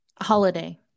Holiday